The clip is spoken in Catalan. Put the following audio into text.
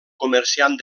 comerciant